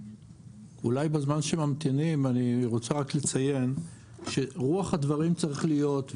בזמן שממתינים אני רוצה רק לציין שרוח הדברים צריכה להיות,